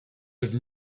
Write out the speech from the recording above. have